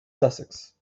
sussex